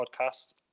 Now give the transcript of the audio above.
podcast